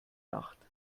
nacht